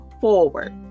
forward